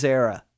era